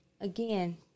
again